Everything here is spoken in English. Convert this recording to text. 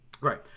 Right